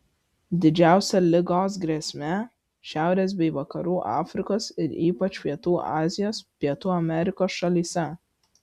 didžiausia ligos grėsmė šiaurės bei vakarų afrikos ir ypač pietų azijos pietų amerikos šalyse